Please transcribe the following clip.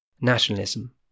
nationalism